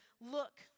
look